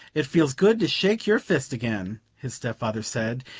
it feels good to shake your fist again! his step-father said,